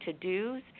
to-dos